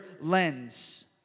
lens